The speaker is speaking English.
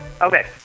Okay